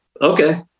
okay